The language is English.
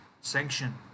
sanction